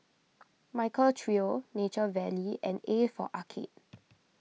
Michael Trio Nature Valley and A for Arcade